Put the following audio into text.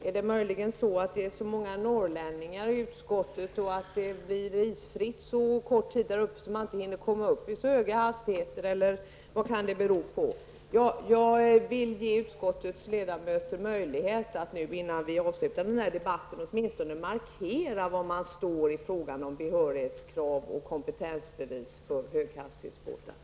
Kan det möjligen bero på att det är så många norrlänningar i utskottet och att det är isfritt så kort tid under året vid Norrlandskusten att man inte hinner komma upp i så höga hastigheter? Jag vill ge utskottets ledamöter möjlighet att, innan vi avslutar denna debatt, åtminstone markera var de står i frågan om behörighetskrav och kompetensbevis för högfartsbåtar.